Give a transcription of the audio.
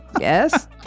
Yes